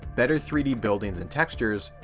better three d buildings and textures,